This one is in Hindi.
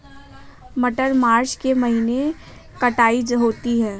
मटर मार्च के महीने कटाई होती है?